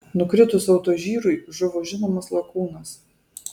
nukritus autožyrui žuvo žinomas lakūnas